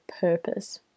purpose